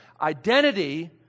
Identity